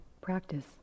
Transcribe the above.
practice